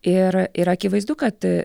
ir ir akivaizdu kad